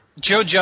Joe